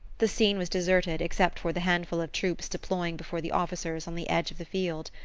the scene was deserted, except for the handful of troops deploying before the officers on the edge of the field.